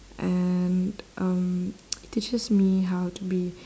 and um it teaches me how to be